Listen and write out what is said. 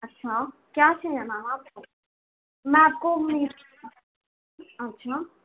अच्छा क्या कहना है मैं आपको अच्छा